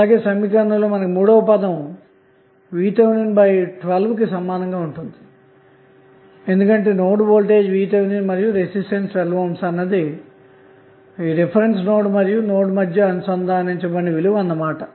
అలాగే సమీకరణం లో మూడవ పదం VTh 12 కి సమానంగా ఉంటుంది ఎందుకంటే నోడ్ వోల్టేజ్ VTh మరియు రెసిస్టెన్స్ 12 ohm అన్నది రిఫరెన్స్ నోడ్ మరియు నోడ్ మధ్య అనుసంధానించబడిన విలువ అన్న మాట